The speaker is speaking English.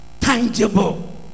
tangible